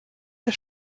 der